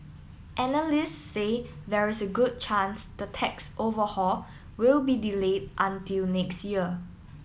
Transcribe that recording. analysts say there is a good chance the tax overhaul will be delayed until next year